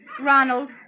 Ronald